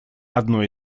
одной